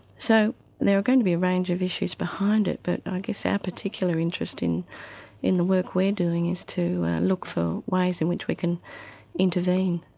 so there are going to be a range of issues behind it but i ah guess our particular interest in in the work we're doing is to look for ways in which we can intervene.